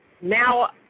now